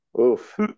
Oof